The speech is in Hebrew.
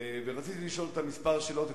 ורציתי לשאול אותה כמה שאלות,